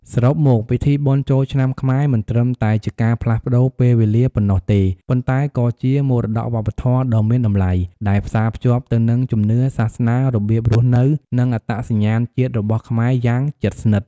សរុបមក ពិធីបុណ្យចូលឆ្នាំខ្មែរមិនត្រឹមតែជាការផ្លាស់ប្តូរពេលវេលាប៉ុណ្ណោះទេ ប៉ុន្តែក៏ជាមរតកវប្បធម៌ដ៏មានតម្លៃ ដែលផ្សារភ្ជាប់ទៅនឹងជំនឿ សាសនា របៀបរស់នៅ និងអត្តសញ្ញាណជាតិរបស់ខ្មែរយ៉ាងជិតស្និទ្ធ។